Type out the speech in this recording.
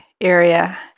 area